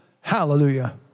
Hallelujah